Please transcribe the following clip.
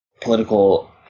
political